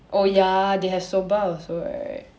oh ya they have soba also right